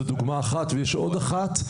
זו דוגמה אחת ויש עוד אחת,